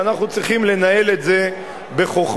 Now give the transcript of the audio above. ואנחנו צריכים לנהל את זה בחוכמה,